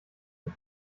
und